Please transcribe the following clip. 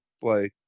play